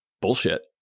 bullshit